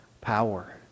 power